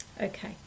Okay